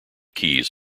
keys